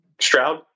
Stroud